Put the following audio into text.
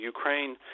Ukraine